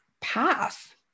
path